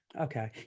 Okay